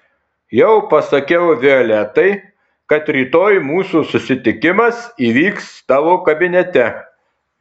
jau pasakiau violetai kad rytoj mūsų susitikimas įvyks tavo kabinete